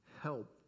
help